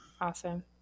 awesome